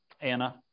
Anna